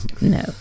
No